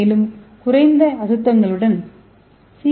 மேலும் குறைந்த அசுத்தங்களுடன் சி